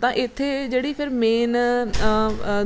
ਤਾਂ ਇੱਥੇ ਜਿਹੜੀ ਫਿਰ ਮੇਨ